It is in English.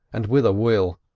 and with a will,